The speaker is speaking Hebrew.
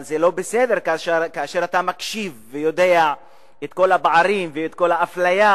אבל זה לא בסדר כשאתה מקשיב ויודע את כל הפערים ואת כל האפליה,